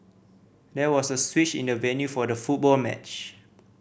there was a switch in the venue for the football match